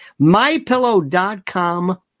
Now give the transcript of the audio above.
MyPillow.com